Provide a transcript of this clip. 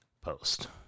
post